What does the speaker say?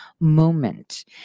moment